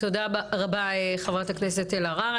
תודה רבה חברת הכנסת אלהרר.